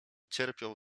cierpiał